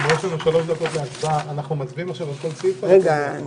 יתקיים טקס זיכרון ממלכתי לאומי בקבר הרב